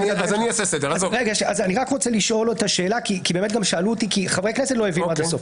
אני רק רוצה לשאול כי גם חברי כנסת לא הבינו עד הסוף.